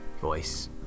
voice